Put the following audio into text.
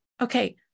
okay